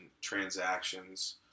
transactions